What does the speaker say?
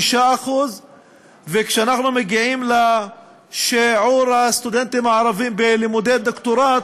6%. וכשאנחנו מגיעים לשיעור הסטודנטים הערבים בלימודי דוקטורט,